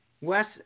Wes